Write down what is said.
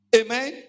amen